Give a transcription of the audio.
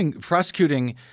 Prosecuting